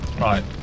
Right